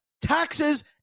taxes